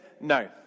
no